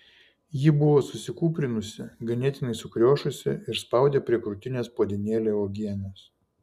ji buvo susikūprinusi ganėtinai sukriošusi ir spaudė prie krūtinės puodynėlę uogienės